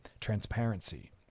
Transparency